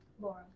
Laura